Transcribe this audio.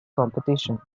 competition